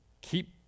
keep